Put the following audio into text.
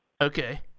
Okay